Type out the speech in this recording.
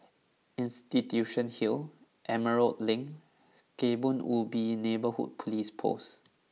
Institution Hill Emerald Link Kebun Ubi Neighbourhood Police Post